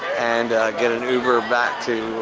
and get an uber back to